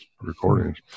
recordings